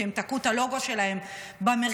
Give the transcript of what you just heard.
כי הם תקעו את הלוגו שלהם במרכז,